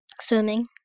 Swimming